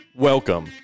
Welcome